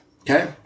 Okay